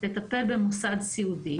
לטפל במוסד סיעודי